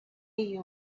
you